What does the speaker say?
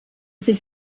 sich